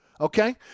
okay